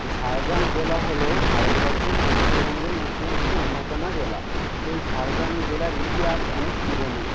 ঝাড়গ্রাম জেলা হল ভারতবর্ষের পশ্চিমবঙ্গের মধ্যে একটি অন্যতম জেলা এই ঝাড়গ্রাম জেলারই ইতিহাস অনেক পুরোনো